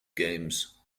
games